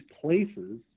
places